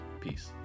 peace